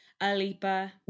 Alipa